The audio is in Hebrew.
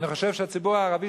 אני חושב שהציבור הערבי,